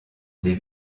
des